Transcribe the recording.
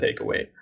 takeaway